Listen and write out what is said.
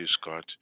Scott –